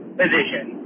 position